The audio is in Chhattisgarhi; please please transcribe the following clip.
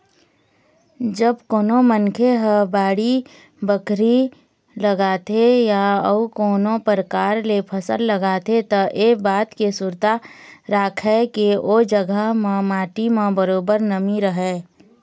जब कोनो मनखे ह बाड़ी बखरी लगाथे या अउ कोनो परकार के फसल लगाथे त ऐ बात के सुरता राखय के ओ जघा म माटी म बरोबर नमी रहय